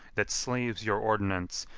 that slaves your ordinance,